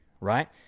right